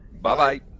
Bye-bye